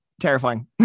Terrifying